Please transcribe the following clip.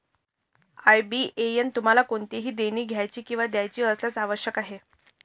IBAN तुम्हाला कोणतेही देणी द्यायची किंवा घ्यायची असल्यास आवश्यक आहे